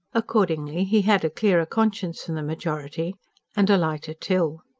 accordingly, he had a clearer conscience than the majority and a lighter till.